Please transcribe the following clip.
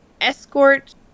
escort